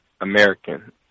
American